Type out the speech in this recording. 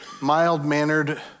mild-mannered